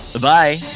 bye